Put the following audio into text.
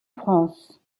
france